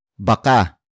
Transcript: Baka